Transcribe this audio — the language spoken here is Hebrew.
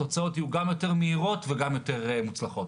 התוצאות יהיו גם יותר מהירות וגם יותר מוצלחות.